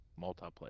multiplayer